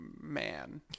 man